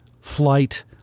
flight